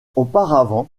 auparavant